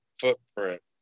footprint